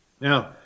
Now